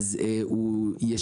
למה זו פעילות חקלאית משמעותית,